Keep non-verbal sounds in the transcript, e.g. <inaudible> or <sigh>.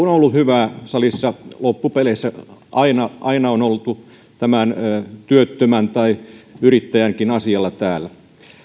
<unintelligible> on salissa ollut hyvää loppupeleissä aina aina on oltu työttömän tai yrittäjänkin asialla täällä